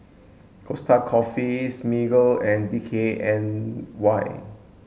Costa Coffee Smiggle and D K N Y